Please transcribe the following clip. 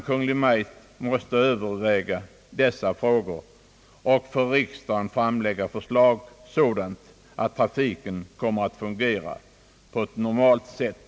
Kungl. Maj:t måste överväga dessa frågor och framlägga förslag för riksdagen, så att trafiken kommer att fungera på ett normalt sätt.